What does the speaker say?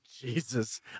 Jesus